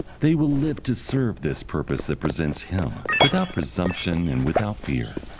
they will live to serve this purpose that presents him, without presumption and without fear.